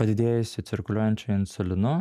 padidėjusiu cirkuliuojančio insulinu